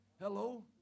Hello